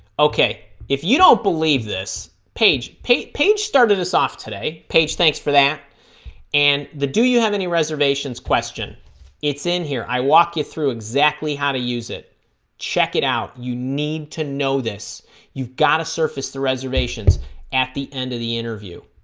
okay if you don't believe this page page page started us off today page thanks for that and the do you have any reservations question it's in here i walk you through exactly how to use it check it out you need to know this you've got to surface the reservations at the end of the interview